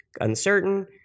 uncertain